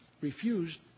refused